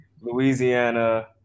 Louisiana